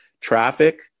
traffic